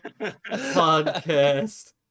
podcast